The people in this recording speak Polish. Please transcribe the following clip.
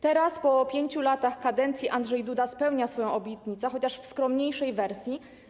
Teraz, po 5 latach kadencji, Andrzej Duda spełnia swoją obietnicę, chociaż w skromniejszej wersji.